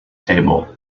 table